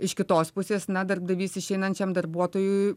iš kitos pusės na darbdavys išeinančiam darbuotojui